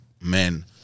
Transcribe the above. men